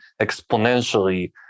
exponentially